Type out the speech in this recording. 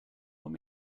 what